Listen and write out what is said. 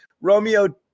Romeo